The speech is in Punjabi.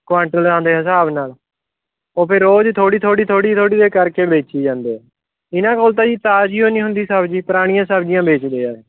ਕੁਆਂਟਲਾਂ ਦੇ ਹਿਸਾਬ ਨਾਲ ਉਹ ਫਿਰ ਉਹ ਜੀ ਥੋੜ੍ਹੀ ਥੋੜ੍ਹੀ ਥੋੜ੍ਹੀ ਥੋੜ੍ਹੀ ਇ ਕਰਕੇ ਵੇਚੀ ਜਾਂਦੇ ਇਹਨਾਂ ਕੋਲ ਤਾਂ ਜੀ ਤਾਜ਼ੀ ਓ ਨਹੀਂ ਹੁੰਦੀ ਸਬਜ਼ੀ ਪੁਰਾਣੀਆਂ ਸਬਜ਼ੀਆਂ ਵੇਚਦੇ ਆ